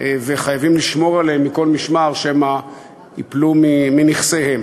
וחייבים לשמור עליהן מכל משמר שמא ייפלו מנכסיהן.